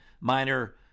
minor